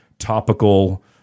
topical